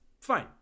fine